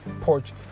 porch